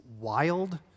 wild